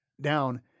down